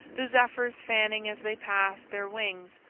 the zephyrs, fanning, as they passed, their wings,